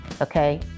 okay